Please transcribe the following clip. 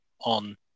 on